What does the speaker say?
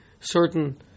certain